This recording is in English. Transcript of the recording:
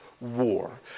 war